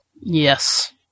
Yes